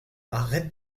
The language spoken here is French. arrête